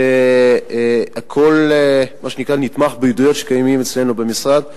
והכול נתמך בעדויות שקיימות אצלנו במשרד.